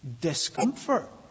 discomfort